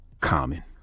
common